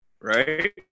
Right